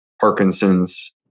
Parkinson's